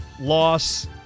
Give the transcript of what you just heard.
loss